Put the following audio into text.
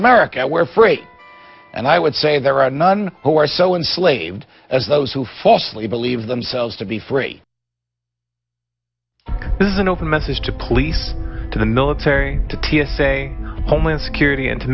america where free and i would say there are none who are so in slaved as those who falsely believe themselves to be free this is an open message to police to the military to t s a homeland security and to